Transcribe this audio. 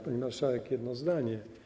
Pani marszałek, jedno zdanie.